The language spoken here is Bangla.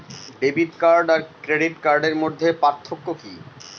ডেবিট কার্ড আর ক্রেডিট কার্ডের মধ্যে পার্থক্য কি?